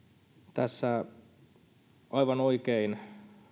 tässä aivan oikein